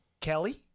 Kelly